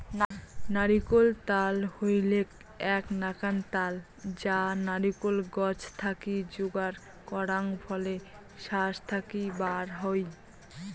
নারিকোল ত্যাল হইলেক এ্যাক নাকান ত্যাল যা নারিকোল গছ থাকি যোগার করাং ফলের শাস থাকি বার হই